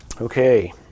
Okay